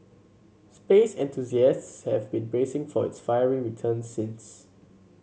space enthusiasts have been bracing for its fiery return since